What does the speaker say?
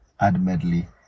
admittedly